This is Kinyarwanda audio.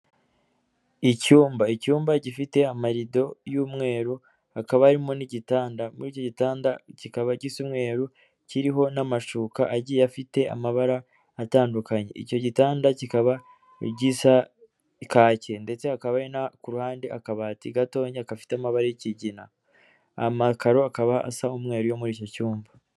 Icyumba, icyumba gifite amarido y'umweru, hakaba harimo n'igitanda, muri iki gitanda kikaba gisa umweru kiriho n'amashuka agiye afite amabara atandukanye, icyo gitanda kikaba gisa kake ndetse hakaba ku ruhande akabati gatoya gafite amabara y'ikigina, amakaro akaba asa n'umweru yo muri iki cyumba.